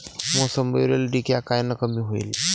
मोसंबीवरील डिक्या कायनं कमी होईल?